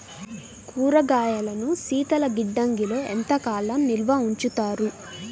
కూరగాయలను శీతలగిడ్డంగిలో ఎంత కాలం నిల్వ ఉంచుతారు?